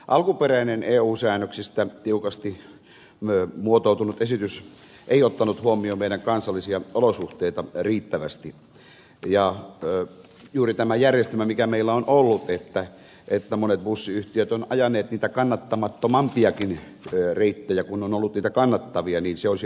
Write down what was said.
alkuperäinen eu säännöksistä tiukasti muotoutunut esitys ei ottanut huomioon meidän kansallisia olosuhteita riittävästi ja juuri tämä järjestelmä mikä meillä on ollut että monet bussiyhtiöt ovat ajaneet niitä kannattamattomampiakin reittejä kun on ollut niitä kannattavia olisi ainakin kaatunut